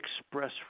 Express